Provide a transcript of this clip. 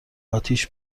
آتیش